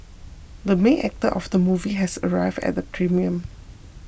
the main actor of the movie has arrived at the premiere